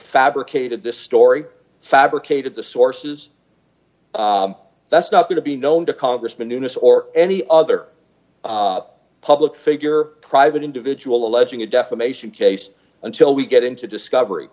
fabricated this story fabricated the sources that's not going to be known to congressman nunes or any other public figure private individual alleging a defamation case until we get into discovery